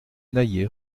naillet